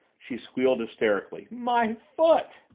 she squealed hysterically. my foot!